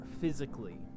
physically